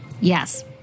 Yes